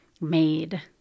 made